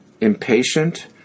impatient